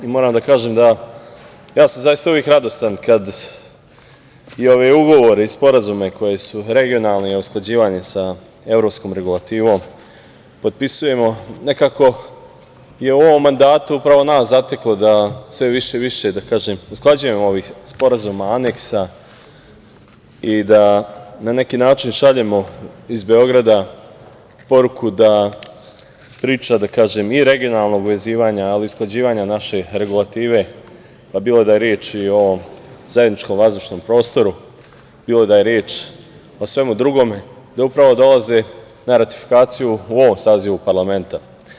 Moram da kažem da sam ja zaista uvek radostan kada i ove ugovore i sporazume koji su regionalni, usklađeni sa evropskom regulativom, potpisujemo, nekako i u ovom mandatu upravo nas zateklo da sve više i više usklađujemo ovih sporazuma i aneksa i da na neki način šaljemo iz Beograda poruku da priča, da kažem, i regionalnog vezivanja, ali usklađivanja naše regulative, pa bilo da je reč i o zajedničkom vazdušnom prostoru, bilo da je reč o svemu drugome, da upravo dolaze na ratifikaciju u ovom sazivu parlamenta.